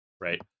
right